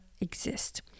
exist